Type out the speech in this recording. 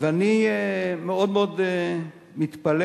ואני מאוד מתפלל